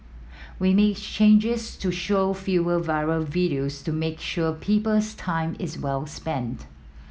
we made changes to show fewer viral videos to make sure people's time is well spent